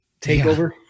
takeover